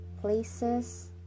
places